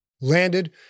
landed